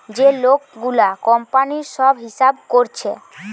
যে লোক গুলা কোম্পানির সব হিসাব কোরছে